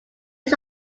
his